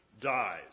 dies